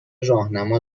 راهنما